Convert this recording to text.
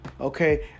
Okay